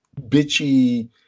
bitchy